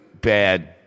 bad